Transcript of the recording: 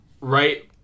Right